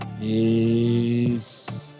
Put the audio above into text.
Peace